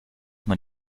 man